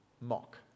mock